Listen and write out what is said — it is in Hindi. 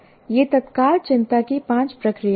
ये तत्काल चिंता की पांच प्रक्रियाएं हैं